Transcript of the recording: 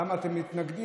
למה אתם מתנגדים?